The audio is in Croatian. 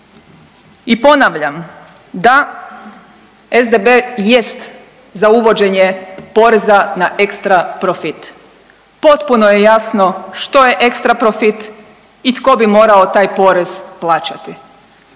I ponavljam, da SDP jest za uvođenje poreza na ekstra profit, potpuno je jasno što je ekstra profit i tko bi morao taj porez plaćati,